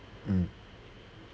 mm